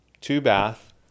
two-bath